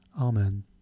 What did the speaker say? Amen